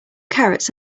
carrots